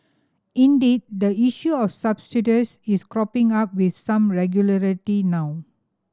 indeed the issue of subsidies is cropping up with some regularity now